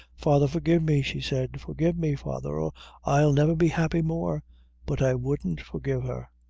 father, forgive me she said, forgive me, father, or i'll never be happy more but i wouldn't forgive her,